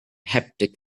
haptic